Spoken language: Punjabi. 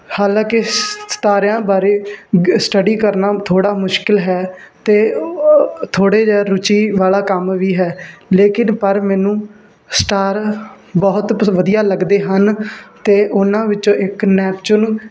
ਹਾਲਾਂਕਿ ਸਿਤਾਰਿਆਂ ਬਾਰੇ ਸਟੱਡੀ ਕਰਨਾ ਥੋੜ੍ਹਾ ਮੁਸ਼ਕਲ ਹੈ ਅਤੇ ਥੋੜ੍ਹੇ ਜਿਹਾ ਰੁਚੀ ਵਾਲਾ ਕੰਮ ਵੀ ਹੈ ਲੇਕਿਨ ਪਰ ਮੈਨੂੰ ਸਟਾਰ ਬਹੁਤ ਕੁਛ ਵਧੀਆ ਲੱਗਦੇ ਹਨ ਅਤੇ ਉਹਨਾਂ ਵਿੱਚੋਂ ਇੱਕ ਨੈਪਚੁਨ